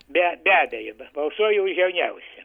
be be abejo balsuoju už jauniausią